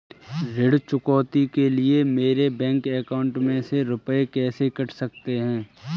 ऋण चुकौती के लिए मेरे बैंक अकाउंट में से रुपए कैसे कट सकते हैं?